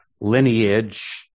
lineage